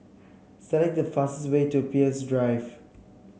select the fastest way to Peirce Drive